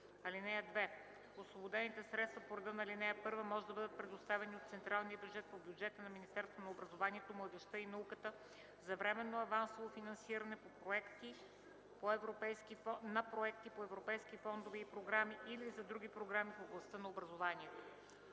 (2) Освободените средства по реда на ал. 1 може да бъдат предоставени от централния бюджет по бюджета на Министерството на образованието, младежта и науката за временно авансово финансиране на проекти по европейски фондове и програми или за други програми в областта на образованието.”